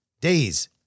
days